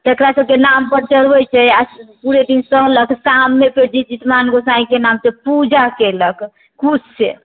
तकरा सबके नामपर चढ़बै छै आओर पूरे दिन सहलक शाममे फेर जितुवाहन गोसाईंके नामपर पूजा केलक कुशसँ